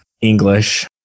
English